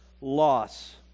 loss